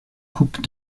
coupe